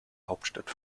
hauptstadt